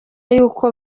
yuko